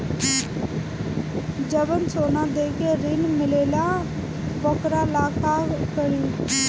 जवन सोना दे के ऋण मिलेला वोकरा ला का करी?